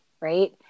right